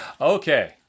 Okay